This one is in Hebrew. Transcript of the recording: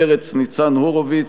מרצ: ניצן הורוביץ.